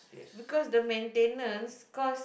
because the maintenance cost